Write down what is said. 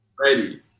Ready